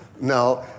no